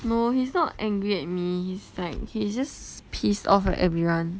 no he's not angry at me it's like he's just pissed off at everyone